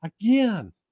again